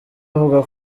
avuga